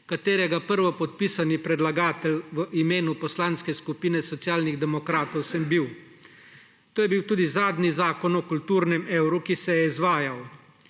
katerega prvopodpisani predlagatelj v imenu Poslanske skupine Socialnih demokratov sem bil. To je bil tudi zadnji zakon o kulturnem evru, ki se je izvajal.